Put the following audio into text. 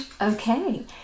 Okay